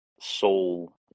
soul